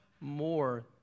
more